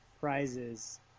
prizes